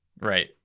Right